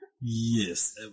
Yes